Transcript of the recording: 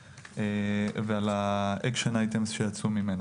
ועל צעדי הפעולה המומלצים שעולים ממנה.